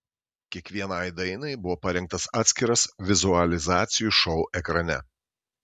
kiekvienai dainai buvo parengtas atskiras vizualizacijų šou ekrane